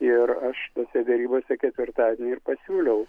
ir aš tose derybose ketvirtadienį ir pasiūliau